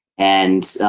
and,